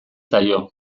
zaio